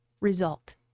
result